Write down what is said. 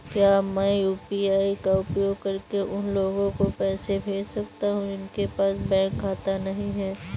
क्या मैं यू.पी.आई का उपयोग करके उन लोगों को पैसे भेज सकता हूँ जिनके पास बैंक खाता नहीं है?